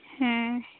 ହୁଁ